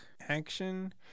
action